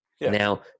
Now